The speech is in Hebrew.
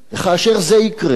וכאשר זה יקרה,